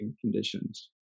conditions